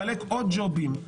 לחלק עוד ג'ובים.